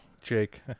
Jake